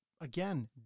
again